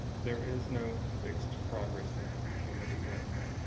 there is no fixed progress of human events.